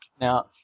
now